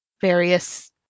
various